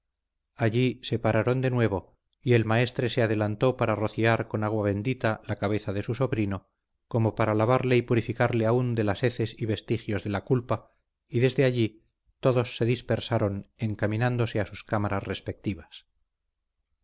allí se pararon de nuevo y el maestre se adelantó para rociar con agua bendita la cabeza de su sobrino como para lavarle y purificarle aún de las heces y vestigios de la culpa y desde allí todos se dispersaron encaminándose a sus cámaras respectivas